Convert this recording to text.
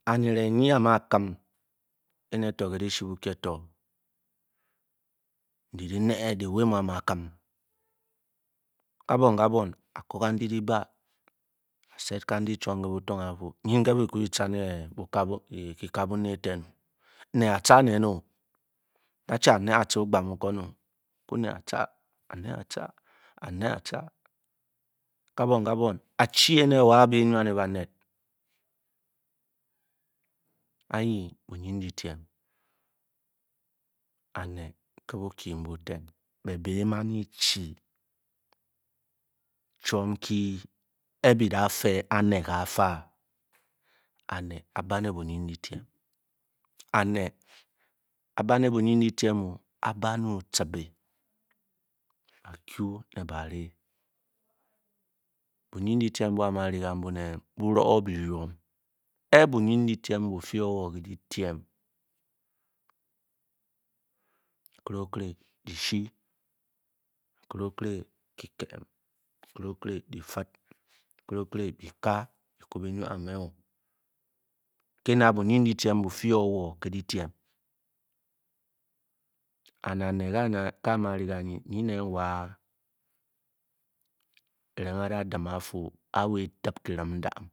Eringe nyi a’ma a’ma‘ki éné tī ke dichi bukie tō di nēē kirāng a’ma kim, kabwon kabwon a’koo ke andi di ba aket ka ndi chutom ké butong a’fu nya ke bi mu cha ne kika bunēē eten-o, da-chi a’nee a|cha a’ ca o-gba mu kwan-o ku néé a|cha áá néé- a’cha kabwon, a|chi éné wá a’be’ nwa né banet anyi bunindidym anéé ké bukyi bu ten be-bi mán e-chi chwom nkyi e-bi da fe a’nēē ka fáá alnéé a’ba ne bunindidyme a’ba’ne o-chibe- ba kú ne bāri buuindidyme bu a ma ri kn bunen bu’roo biryum ke bunindiyme bu fi-o wo ke dydiem nkire-okéré dy-shi nkire-okere difid, nkire-okere bika biku bi nwan me-o kena buuindidyene bufi-o wo ke dyidyme and a’néé ká muaring kanyi nen wa ke a’mu a’wa e’da di ’a kirim ndamn.